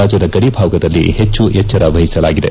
ರಾಜ್ಯದ ಗಡಿಭಾಗದಲ್ಲಿ ಹೆಚ್ಚು ಎಚ್ಡರ ವಹಿಸಲಾಗಿದೆ